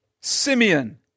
Simeon